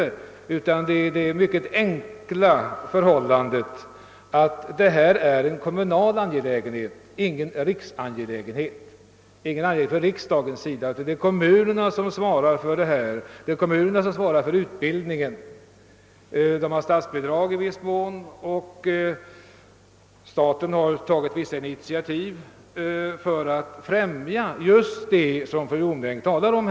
Bakom avstyrkandet ligger det mycket enkla förhållandet att det här är fråga om en kommunal angelägenhet, som riksdagen inte har att ta ställning till, eftersom det är kommunerna som skall svara för utbildningen. I viss mån utgår statsbidrag till kommunerna, och staten har tagit vissa initiativ just för att främja det ändamål som fru Jonäng här talar för.